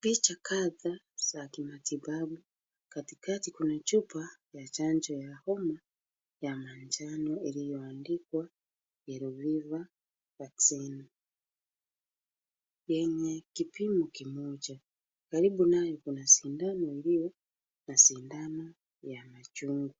Picha kadhaa za kimatibabu. Katikati kuna chupa ya chanjo ya homa manjano iliyoandikwa yellow fever vaccine yenye kipimo kimoja. Karibu naye kuna sindano iliyo na sindano ya machungwa.